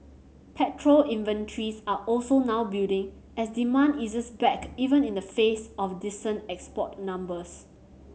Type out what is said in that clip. petrol inventories are also now building as demand eases back even in the face of decent export numbers